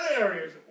areas